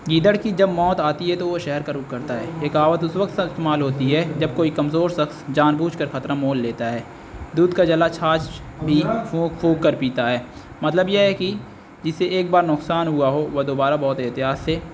گیدڑ کی جب موت آتی ہے تو وہ شہر کا رخ کرتا ہے یہ کہاوت اس وقت استعمال ہوتی ہے جب کوئی کمزور شخص جان بوجھ کر خطرہ مول لیتا ہے دودھ کا جلا چھاچھ بھی پھونک پھونک کر پیتا ہے مطلب یہ ہے کہ جسے ایک بار نقصان ہوا ہو وہ دوبارہ بہت احتیاط سے